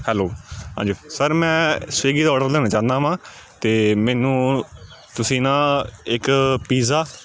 hello ਹਾਂਜੀ sir ਮੈਂ Swiggy ਤੋਂ ਔਡਰ ਲੈਣਾ ਚਾਹੁੰਦਾ ਵਾਂ ਅਤੇ ਮੈਨੂੰ ਤੁਸੀਂ ਨਾ ਇੱਕ ਪੀਜ਼ਾ